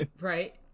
right